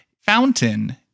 Fountain